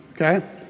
okay